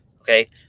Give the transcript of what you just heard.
Okay